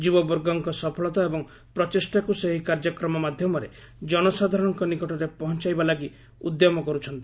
ଯୁବବର୍ଗଙ୍କ ସଫଳତା ଏବଂ ପ୍ରଚେଷ୍ଟାକୁ ସେ ଏହି କାର୍ଯ୍ୟକ୍ରମ ମାଧ୍ଧମରେ ଜନସାଧାରଣଙ୍କ ନିକଟରେ ପହଞାଇବା ଲାଗି ଉଦ୍ୟମ କର୍ବଛନ୍ତି